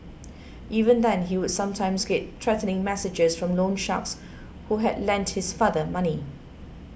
even then he would sometimes get threatening messages from loan sharks who had lent his father money